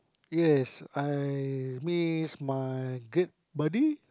yes I miss my great buddy